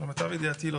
למיטב ידיעתי לא.